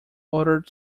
ordered